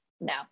No